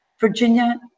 virginia